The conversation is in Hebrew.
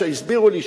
הסבירו לי,